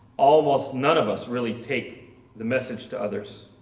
almost none of us really take the message to others.